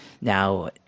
now